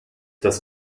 das